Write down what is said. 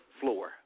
floor